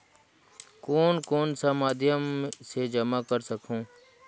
कौन कौन सा माध्यम से जमा कर सखहू?